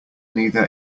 neither